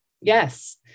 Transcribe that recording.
Yes